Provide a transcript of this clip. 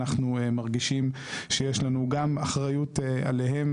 אנחנו מרגישים שיש לנו גם אחריות עליהם